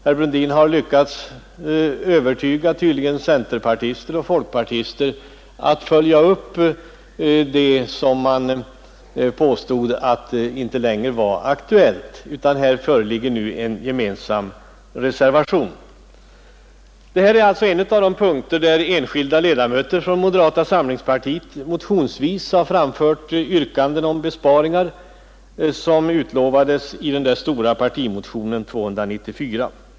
Herr Brundin har tydligen lyckats övertala centerpartister och folkpartister att följa upp det som man påstod inte längre var aktuellt, och det föreligger nu en gemensam reservation vid punkten 7. Det är alltså en av de punkter där enskilda ledamöter från moderata samlingspartiet har framfört yrkanden om besparingar som utlovades i den där stora partimotionen 294.